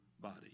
body